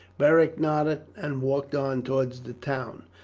beric nodded and walked on towards the town.